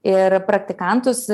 ir praktikantus